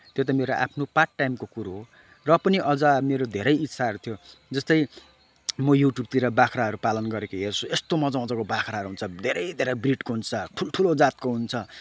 त्यो त मेरो आफ्नो पार्ट टाइमको कुरो हो र पनि अझ मेरो धेरै इच्छाहरू थियो जस्तै म युट्युबतिर बाख्राहरू पालन गरेको हेर्छु यस्तो मजा मजाको बाख्राहरू हुन्छ धेरै धेरै ब्रिडको हुन्छ ठुल्ठुलो जातको हुन्छ